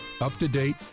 up-to-date